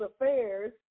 affairs